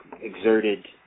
exerted